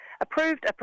approved